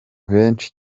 benshi